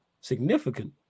Significant